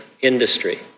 industry